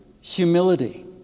humility